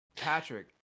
Patrick